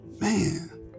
man